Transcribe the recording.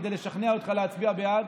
לשכנע אותך להצביע בעד.